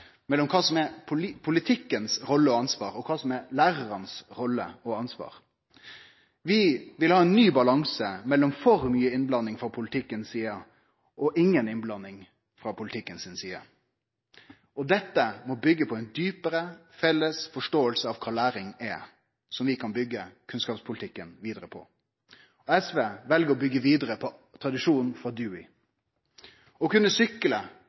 mellom kva som er politikkens rolle og ansvar, og kva som er læraranes rolle og ansvar. Vi vil ha ein ny balanse mellom for mykje innblanding frå politikkens side og inga innblanding frå politikkens side. Dette må byggje på ei djupare, felles forståing av kva læring er, som vi kan byggje kunnskapspolitikken vidare på. SV vel å byggje vidare på tradisjonen frå Dewey. Å kunne sykle, treffe spikar, lese og